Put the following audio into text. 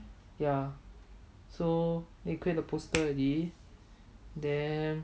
ya so create the poster already then